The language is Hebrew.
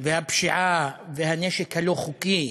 והפשיעה והנשק הלא-חוקי.